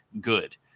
good